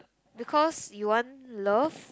because you want love